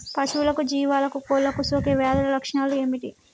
పశువులకు జీవాలకు కోళ్ళకు సోకే వ్యాధుల లక్షణాలు ఏమిటి?